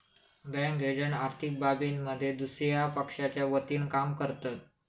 bank agent आर्थिक बाबींमध्ये दुसया पक्षाच्या वतीनं काम करतत